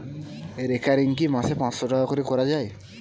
Recurring কি মাসে পাঁচশ টাকা করে করা যায়?